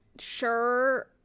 sure